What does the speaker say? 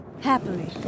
Happily